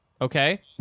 Okay